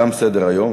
תם סדר-היום.